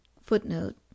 Footnote